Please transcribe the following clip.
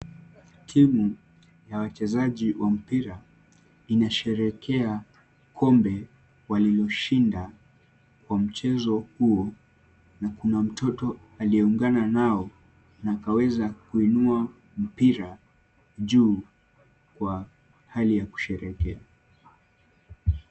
Timu ya wachezaji wa mpira inasherehekea kombe waliloshinda kwa mchezo huo na kuna mtoto aliyeungana nao na akaweza kuinua mpira juu kwa hali ya kusherehekea.